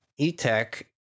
eTech